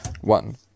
One